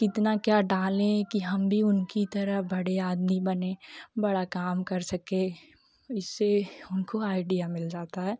कितना क्या डालें कि हम भी उनकी तरह बढ़े आदमी बने बड़ा काम कर सकें इससे उनको आईडिया मिल जाता है